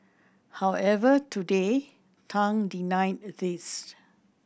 however today Tang denied these